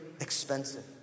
expensive